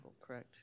correct